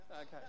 Okay